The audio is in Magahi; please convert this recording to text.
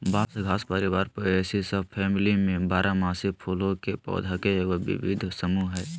बांस घास परिवार पोएसी सबफैमिली में बारहमासी फूलों के पौधा के एगो विविध समूह हइ